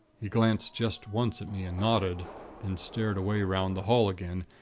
he glanced just once at me, and nodded then stared away round the hall again.